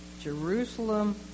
Jerusalem